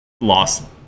Lost